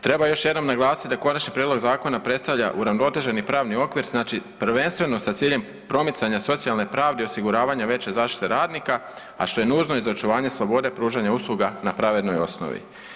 Treba još jednom naglasit da konačni prijedlog zakona predstavlja uravnoteženi pravni okvir, znači prvenstveno sa ciljem promicanja socijalne pravde osiguravanja veće zaštite radnika, a što je nužno i za očuvanje slobode pružanja usluga na pravednoj osnovi.